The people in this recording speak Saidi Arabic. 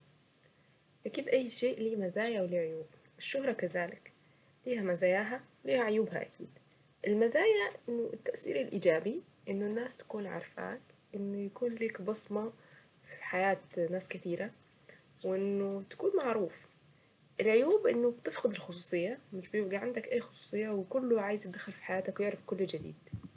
اكيد اي شيء له مزايا وله عيوب الشهرة كذلك فيها مزاياها ولها عيوبها اكيد المزايا التأثير الايجابي انه الناس تكون عرفاك انه يكون لك بصمة في حياة ناس كثيرة وانه تكون معروف العيوب انه بتفقد الخصوصية مش بيبقى عندك اي خصوصية كله عايز يدخل في حياتك ويعرف ايه الجديد